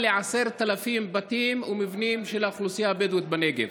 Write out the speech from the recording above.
ל-10,000 בתים ומבנים של האוכלוסייה של הבדואית בנגב.